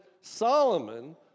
Solomon